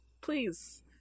please